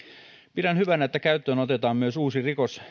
pidän hyvänä että käyttöön otetaan myös uusi